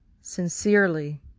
sincerely